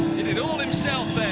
did it all himself